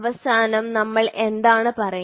അവസാനം നമ്മൾ എന്താണ് പറയുന്നത്